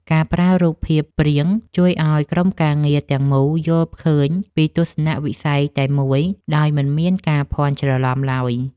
ការប្រើរូបភាពព្រាងជួយឱ្យក្រុមការងារទាំងមូលយល់ឃើញពីទស្សនវិស័យតែមួយដោយមិនមានការភ័ន្តច្រឡំឡើយ។